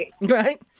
Right